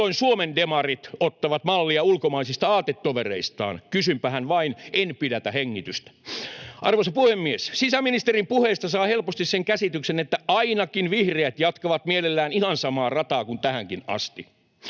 Milloin Suomen demarit ottavat mallia ulkomaisista aatetovereistaan? Kysynpähän vain, en pidätä hengitystä. Arvoisa puhemies! Sisäministerin puheista saa helposti sen käsityksen, että ainakin vihreät jatkavat mielellään ihan samaa rataa kuin tähänkin asti.